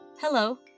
Hello